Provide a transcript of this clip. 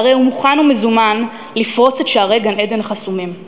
והרי הוא מוכן ומזומן לפרוץ את שערי גן העדן החסומים".